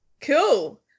Cool